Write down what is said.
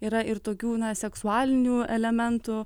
yra ir tokių seksualinių elementų